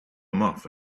muff